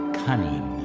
cunning